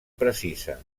precisa